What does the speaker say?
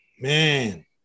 Man